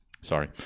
sorry